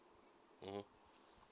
mmhmm